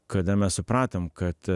kada mes supratom kad